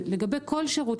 לגבי כל שירות,